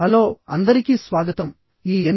hello అందరికీ స్వాగతం ఈ ఎన్